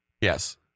Yes